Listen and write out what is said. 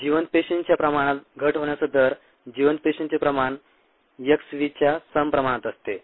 जिवंत पेशींच्या प्रमाणात घट होण्याचा दर जिवंत पेशींचे प्रमाण xv च्या सम प्रमाणात असते